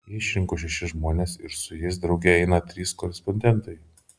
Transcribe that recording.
jie išrinko šešis žmones ir su jais drauge eina trys korespondentai